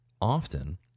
often